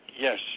Yes